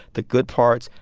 the good parts,